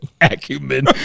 acumen